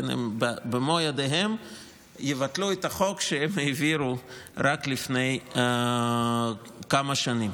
הם במו ידיהם יבטלו את החוק שהם העבירו רק לפני כמה שנים.